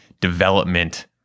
development